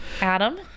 Adam